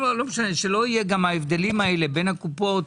שלא יהיו ההבדלים בין הקופות.